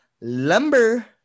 Lumber